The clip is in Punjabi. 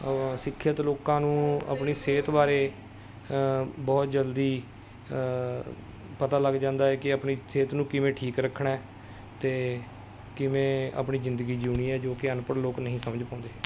ਸਿੱਖਿਅਤ ਲੋਕਾਂ ਨੂੰ ਆਪਣੀ ਸਿਹਤ ਬਾਰੇ ਬਹੁਤ ਜਲਦੀ ਪਤਾ ਲੱਗ ਜਾਂਦਾ ਏ ਕਿ ਆਪਣੀ ਸਿਹਤ ਨੂੰ ਕਿਵੇਂ ਠੀਕ ਰੱਖਣਾ ਅਤੇ ਕਿਵੇਂ ਆਪਣੀ ਜ਼ਿੰਦਗੀ ਜਿਉਣੀ ਹੈ ਜੋ ਕਿ ਅਨਪੜ੍ਹ ਲੋਕ ਨਹੀਂ ਸਮਝ ਪਾਉਂਦੇ